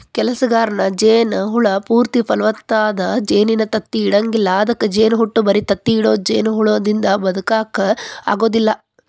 ಕೆಲಸಗಾರ ಜೇನ ಹುಳ ಪೂರ್ತಿ ಫಲವತ್ತಾದ ಜೇನಿನ ತತ್ತಿ ಇಡಂಗಿಲ್ಲ ಅದ್ಕ ಜೇನಹುಟ್ಟ ಬರಿ ತತ್ತಿ ಇಡೋ ಜೇನಹುಳದಿಂದ ಬದಕಾಕ ಆಗೋದಿಲ್ಲ